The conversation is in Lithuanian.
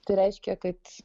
tai reiškia kad